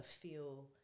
feel